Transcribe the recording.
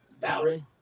Valerie